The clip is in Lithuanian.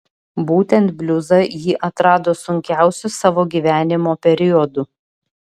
būtent bliuzą ji atrado sunkiausiu savo gyvenimo periodu